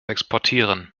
exportieren